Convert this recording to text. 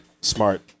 smart